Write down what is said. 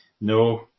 No